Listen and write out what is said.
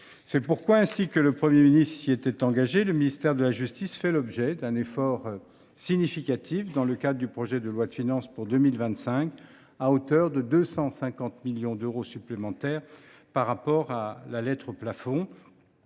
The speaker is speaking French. C’est pourquoi, ainsi que le Premier ministre s’y était engagé, le ministère de la justice fait l’objet d’un effort significatif dans le cadre du projet de loi de finances pour 2025, à hauteur de 250 millions d’euros supplémentaires par rapport à la lettre plafond.